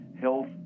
health